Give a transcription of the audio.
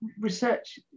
research